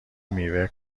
میوه